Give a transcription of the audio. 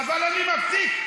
אבל אני מפסיק,